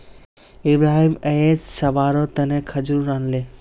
इब्राहिम अयेज सभारो तने खजूर आनले